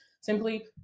simply